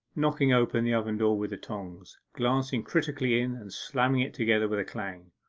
knocking open the oven-door with the tongs, glancing critically in, and slamming it together with a clang.